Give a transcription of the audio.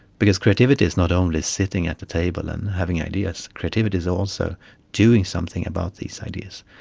because creativity is not only sitting at the table and having ideas, creativity is also doing something about these ideas.